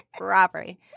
Robbery